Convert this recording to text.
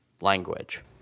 language